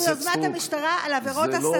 שוב, ביוזמת המשטרה, על עבירות הסתה.